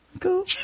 cool